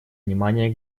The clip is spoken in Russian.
внимания